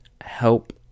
help